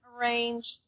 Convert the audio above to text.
arrange